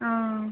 ஆ